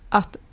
att